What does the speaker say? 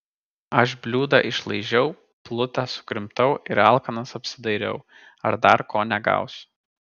aš bliūdą išlaižiau plutą sukrimtau ir alkanas apsidairiau ar dar ko negausiu